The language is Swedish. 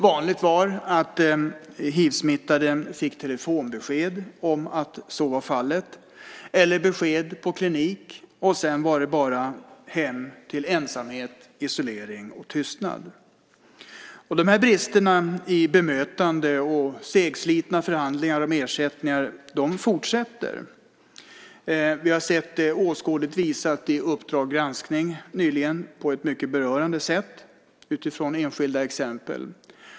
Vanligt var att folk som var smittade av hiv fick telefonbesked om att så var fallet eller besked på klinik, och sedan var det bara hem till ensamhet, isolering och tystnad. De här bristerna i bemötande och de segslitna förhandlingarna om ersättningar fortsätter. Vi har sett det åskådligt visat i Uppdrag granskning nyligen på ett mycket berörande sätt utifrån enskilda exempel.